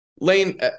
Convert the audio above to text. Lane